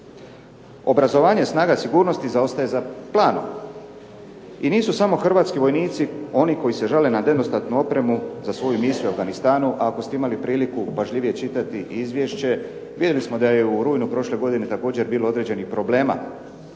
Obrazovanje snaga sigurnosti zaostaje za planom i nisu samo hrvatski vojnici oni koji se žale na nedostatnu opremu za svoju misiju u Afganistanu, a ako ste imali priliku pažljivije čitati izvješće vidjeli smo da je u rujnu prošle godine također bilo određenih problema,